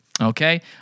Okay